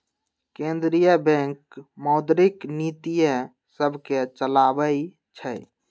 केंद्रीय बैंक मौद्रिक नीतिय सभके चलाबइ छइ